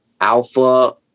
alpha